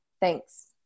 Thanks